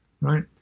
right